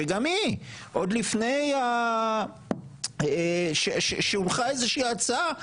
שגם מי עוד לפני שהונחה איזושהי ההצעה,